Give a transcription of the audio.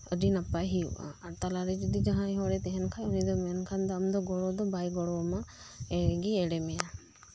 ᱟᱹᱰᱤ ᱱᱟᱯᱟᱭ ᱦᱩᱭᱩᱜ ᱟ ᱟᱨ ᱛᱟᱞᱟᱨᱮ ᱡᱚᱫᱤ ᱡᱟᱦᱟᱸᱭ ᱦᱚᱲᱮ ᱛᱟᱦᱮᱱ ᱠᱷᱟᱡ ᱩᱱᱤᱫᱚ ᱢᱮᱱᱠᱷᱟᱱ ᱫᱚ ᱟᱢᱫᱚ ᱜᱚᱲᱚ ᱫᱚ ᱵᱟᱭ ᱜᱚᱲᱚ ᱟᱢᱟ ᱮᱲᱮᱜᱤᱭ ᱮᱲᱮᱢᱤᱭᱟ